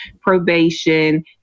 probation